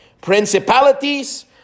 principalities